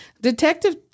Detective